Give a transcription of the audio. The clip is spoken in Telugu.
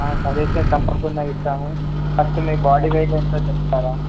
సజేషన్ తప్పడుకుండా ఇస్తాము ఫస్ట్ మీ బాడీ వెయిట్ ఎంతో చెప్తారా